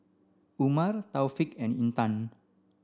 Umar Taufik and Intan